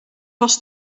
was